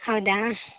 ಹೌದಾ